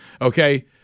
Okay